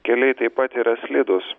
keliai taip pat yra slidūs